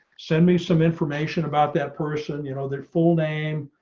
send me some information about that person you know their full name.